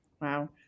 Wow